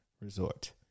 Resort